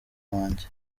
wanjye